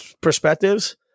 perspectives